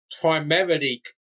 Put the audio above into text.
primarily